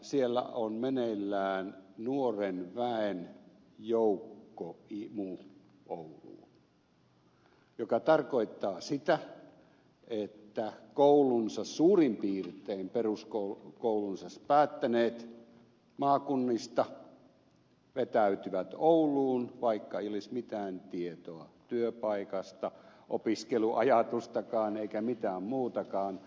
siellä on meneillään nuoren väen joukkomuutto ouluun ja se tarkoittaa sitä että peruskoulunsa suurin piirtein päättäneet vetäytyvät maakunnista ouluun vaikka ei olisi mitään tietoa työpaikasta opiskeluajatustakaan eikä mitään muutakaan